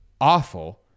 awful